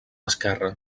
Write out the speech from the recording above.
esquerre